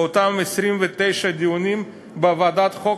באותם 29 דיונים בוועדת החוקה,